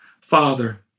Father